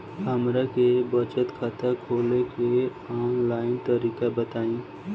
हमरा के बचत खाता खोले के आन लाइन तरीका बताईं?